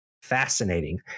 Fascinating